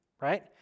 right